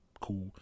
cool